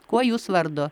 kuo jūs vardu